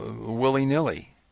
willy-nilly